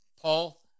Paul